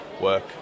work